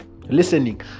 listening